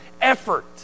effort